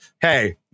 Hey